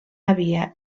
havia